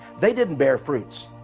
they didn't bear fruits.